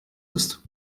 ist